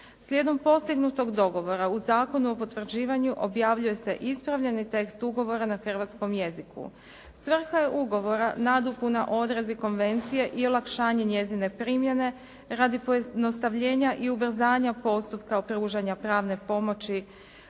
Slijedom postignutog dogovora u Zakonu o potvrđivanju objavljuje se ispravljeni tekst ugovora na hrvatskom jeziku. Stranka je ugovora nadopuna odredbi konvencije i olakšanje njezine primjene radi pojednostavljenja i ubrzanja postupka pružanja pravne pomoći